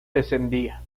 descendía